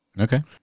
Okay